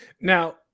Now